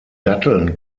datteln